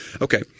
Okay